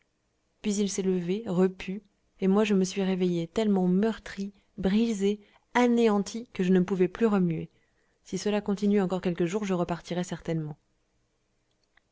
puis il s'est levé repu et moi je me suis réveillé tellement meurtri brisé anéanti que je ne pouvais plus remuer si cela continue encore quelques jours je repartirai certainement